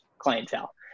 clientele